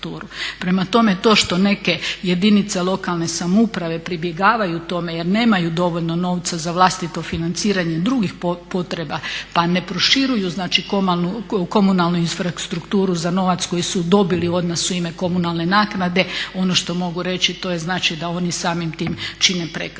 Prema tome, to što neke jedinice lokalne samouprave pribjegavaju tome jer nemaju dovoljno novca za vlastito financiranje drugih potreba pa ne proširuju znači komunalnu infrastrukturu za novac koji su dobili u odnos u ime komunalne naknade ono što mogu reći to je znači da oni samim tim čine prekršaj.